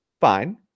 Fine